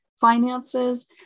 finances